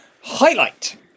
highlight